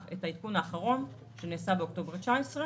את העדכון האחרון שנעשה באוקטובר 2019,